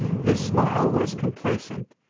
his smile was complacent.